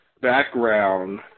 background